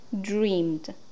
dreamed